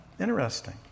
Interesting